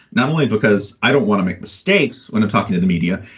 not only because i don't want to make mistakes when i'm talking to the media,